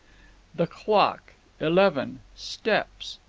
the clock eleven steppes.